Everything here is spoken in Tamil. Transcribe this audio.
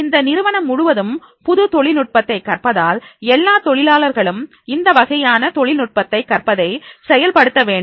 ஒரு நிறுவனம் முழுவதும் புது தொழில்நுட்பத்தை கற்பதால் எல்லா தொழிலாளர்களும் இந்த வகையான தொழில்நுட்பத்தை கற்பதை செயல்படுத்த வேண்டும்